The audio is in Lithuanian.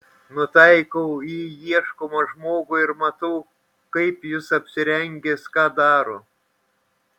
nutaikau į ieškomą žmogų ir matau kaip jis apsirengęs ką daro